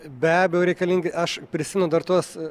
be abejo reikalingi aš prisimenu dar tuos